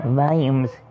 volumes